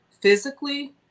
physically